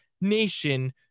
NATION